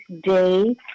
day